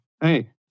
Hey